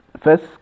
first